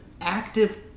active